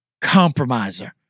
compromiser